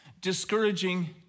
Discouraging